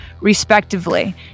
respectively